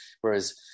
whereas